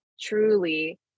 truly